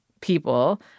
people